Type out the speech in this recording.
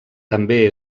també